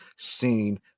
seen